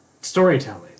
storytelling